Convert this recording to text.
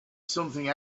something